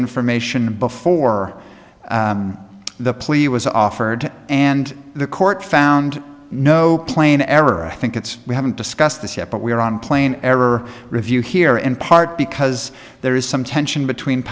information before the plea was offered and the court found no plane error i think it's we haven't discussed this yet but we're on plane error review here in part because there is some tension between